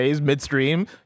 midstream